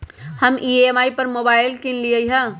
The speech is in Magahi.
हम ई.एम.आई पर मोबाइल किनलियइ ह